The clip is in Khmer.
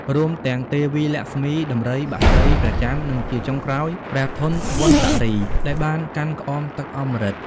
រួមទាំងទេវីលក្ស្មី ដំរី បក្សី ព្រះចន្ទ និងជាចុងក្រោយ ព្រះធនវន្តរី ដែលបានកាន់ក្អមទឹកអម្រឹត។